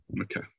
Okay